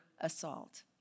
assault